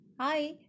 Hi